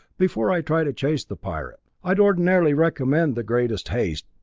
before i try to chase the pirate. i'd ordinarily recommend the greatest haste,